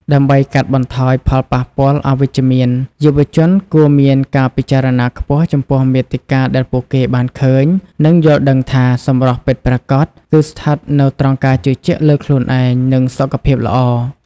ដើម្បីកាត់បន្ថយផលប៉ះពាល់អវិជ្ជមាន យុវជនគួរមានការពិចារណាខ្ពស់ចំពោះមាតិកាដែលពួកគេបានឃើញ និងយល់ដឹងថា សម្រស់ពិតប្រាកដគឺស្ថិតនៅត្រង់ការជឿជាក់លើខ្លួនឯង និងសុខភាពល្អ។